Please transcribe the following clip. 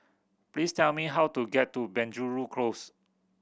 please tell me how to get to Penjuru Close